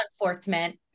enforcement